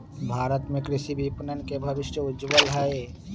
भारत में कृषि विपणन के भविष्य उज्ज्वल हई